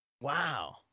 Wow